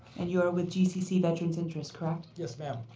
and you are with gcc veterans interest correct? yes, ma'am.